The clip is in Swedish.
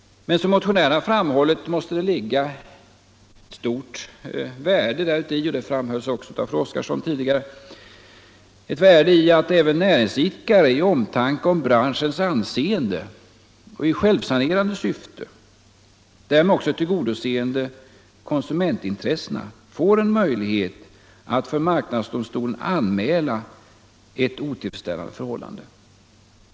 Men som motionärerna framhållit måste det ligga ett stort värde däruti — det framhölls också av fru Oskarsson tidigare — att även näringsidkare, i omtanke om branschens anseende och i självsanerande syfte, därmed också tillgodoseende konsumentintressena, får en möjlighet att för marknadsdomstolen anmäla ett otillfredsställande förhållande.